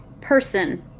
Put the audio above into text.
person